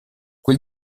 quel